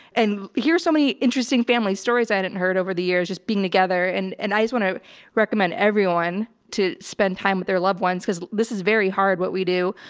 and hear so many interesting family stories i hadn't heard over the years just being together and, and i just want to recommend everyone to spend time with their loved ones because this is very hard what we do.